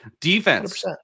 Defense